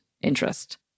interest